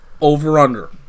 Over-under